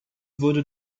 wurde